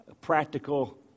practical